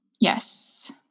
Yes